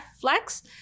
Flex